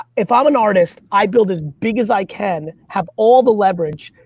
if i'm an artist, i build as big as i can, have all the leverage.